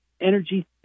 energy